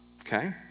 okay